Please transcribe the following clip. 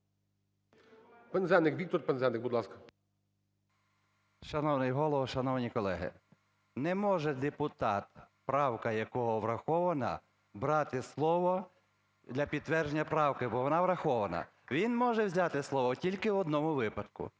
Пинзеник, Віктор Пинзеник, будь ласка. 17:50:58 ПИНЗЕНИК В.М. Шановний Голово, шановні колеги, не може депутат, правка якого врахована, брати слово для підтвердження правки, бо вона врахована. Він може взяти слово тільки в одному випадку: